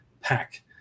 pack